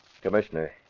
Commissioner